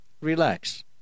Relax